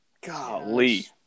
Golly